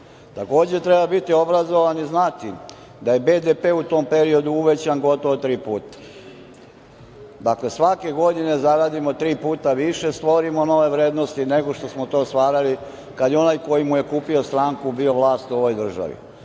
Đilas. Takođe, treba biti obrazovan i znati da je BDP u tom periodu uvećan gotovo tri puta. Dakle, svake godine zaradimo tri puta više, stvorimo nove vrednosti, nego što smo to stvarali kada je onaj koji mu je kupio stranku bio vlast u ovoj državi.37/2